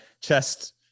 chest